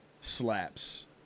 Slaps